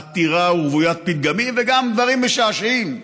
עתירה ורוויית פתגמים, וגם דברים משעשעים.